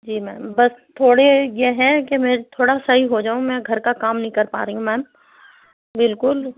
جی ma'am بس تھوڑی یہ ہے کہ میں تھوڑا صحیح ہو جاؤں میں گھر کا کام نہیں کر پا رہی ہوں میم بالکل